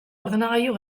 ordenagailu